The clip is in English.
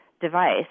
device